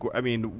i mean,